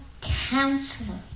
Counselor